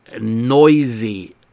noisy